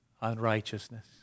unrighteousness